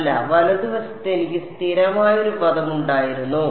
അല്ല വലതുവശത്ത് എനിക്ക് സ്ഥിരമായ ഒരു പദം ഉണ്ടായിരുന്നോ